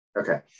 Okay